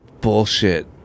bullshit